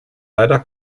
leider